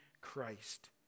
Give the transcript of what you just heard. Christ